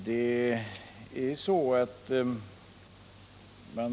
Herr talman!